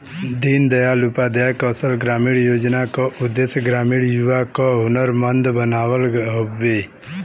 दीन दयाल उपाध्याय कौशल ग्रामीण योजना क उद्देश्य ग्रामीण युवा क हुनरमंद बनावल हउवे